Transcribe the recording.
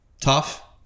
Tough